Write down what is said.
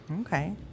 Okay